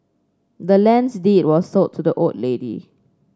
the land's deed was sold to the old lady